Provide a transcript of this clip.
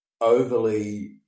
overly